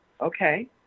okay